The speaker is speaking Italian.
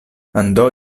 andò